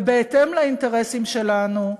ובהתאם לאינטרסים שלנו,